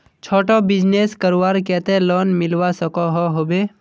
छोटो बिजनेस करवार केते लोन मिलवा सकोहो होबे?